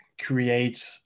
create